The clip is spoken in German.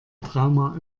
trauma